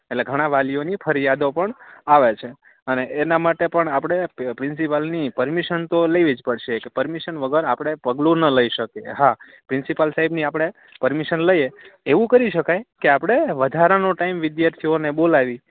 એટલે ઘણાં વાલીઓની ફરિયાદો પણ આવે છે અને એના માટે પણ આપણે પ્રિન્સિપાલની પરમિશન તો લેવી જ પડશે પરમિશન વગર આપણે પગલું ન લઈ શકીએ હા પ્રિન્સિપાલ સાહેબની આપણે પરમિશન લઈએ એવું કરી શકાય કે આપણે વધારાનો ટાઈમ વિદ્યાર્થીઓને બોલાવી